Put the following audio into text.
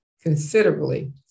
considerably